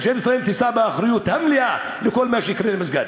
ממשלת ישראל תישא באחריות המלאה לכל מה שיקרה למסגד.